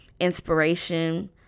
inspiration